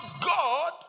God